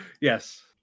Yes